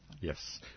Yes